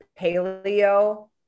paleo